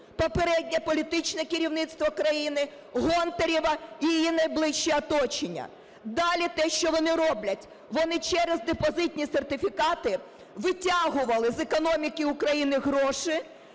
попереднє політичне керівництво країни, Гонтарева і її найближче оточення. Далі те, що вони роблять, вони через депозитні сертифікати витягували з економіки України гроші,